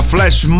Flash